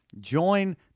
join